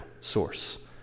source